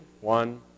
one